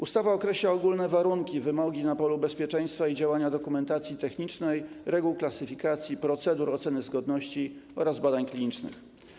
Ustawa określa ogólne warunki, wymogi na polu bezpieczeństwa i działania dokumentacji technicznej, reguł klasyfikacji procedur, oceny zgodności oraz badań klinicznych.